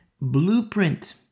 blueprint